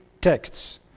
texts